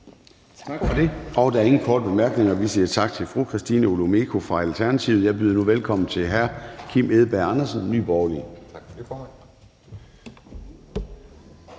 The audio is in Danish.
Tak for det. Der er ingen korte bemærkninger. Vi siger tak til fru Christina Olumeko fra Alternativet. Jeg byder nu velkommen til hr. Kim Edberg Andersen, Nye Borgerlige.